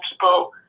people